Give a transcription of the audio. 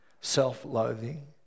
self-loathing